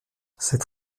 cette